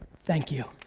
thank you.